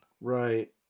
Right